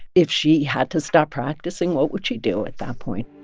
if she had to stop practicing, what would she do at that point?